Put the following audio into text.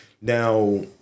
Now